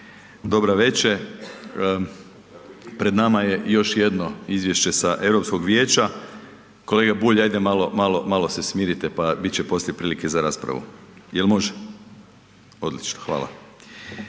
dobra večer, pred nama je još jedno Izvješće sa Europskog vijeća, kolega Bulj ajde malo, malo se smirite pa bit će poslije prilike za raspravu. Jel može? Odlično hvala.